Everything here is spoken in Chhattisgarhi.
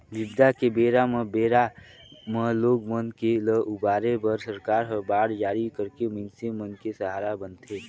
बिबदा के बेरा म बेरा म लोग मन के ल उबारे बर सरकार ह बांड जारी करके मइनसे मन के सहारा बनथे